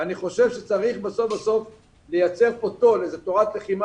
אני חושב שצריך בסוף לייצר כאן איזו תורת לחימה